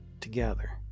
together